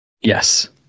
Yes